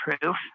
proof